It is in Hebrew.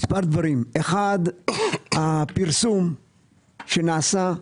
הפרסום שנעשה,